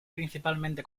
principalmente